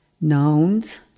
Nouns